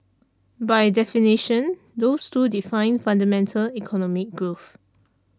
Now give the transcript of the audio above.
by definition those two define fundamental economic growth